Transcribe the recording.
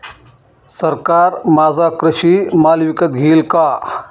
सरकार माझा कृषी माल विकत घेईल का?